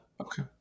Okay